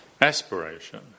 Aspiration